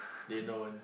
they know one